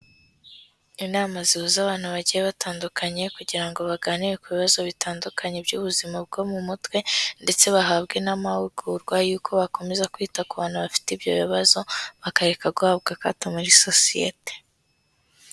Inama zihuza abantu bagiye batandukanye kugira ngo baganire ku bibazo bitandukanye by'ubuzima bwo mu mutwe ndetse bahabwe n'amahugurwa yuko bakomeza kwita ku bantu bafite ibyo bibazo, bakareka guhabwa akato muri sosiyete.